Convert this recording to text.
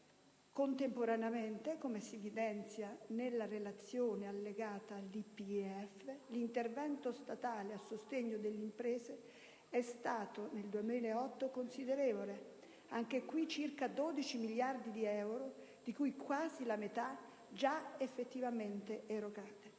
Contemporaneamente, come si evidenzia nella relazione allegata al DPEF, l'intervento statale a sostegno delle imprese è stato nel 2008 considerevole: anche qui circa 12 miliardi di euro, di cui quasi la metà già effettivamente erogati.